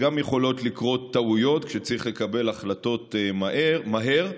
גם יכולות לקרות טעויות כשצריך לקבל החלטות מהר,